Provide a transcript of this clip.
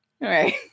right